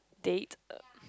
date